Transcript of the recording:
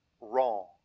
wrong